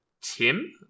Tim